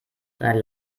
seine